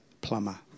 plumber